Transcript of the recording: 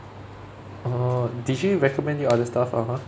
uh did she recommend you other stuff (uh huh)